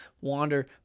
wander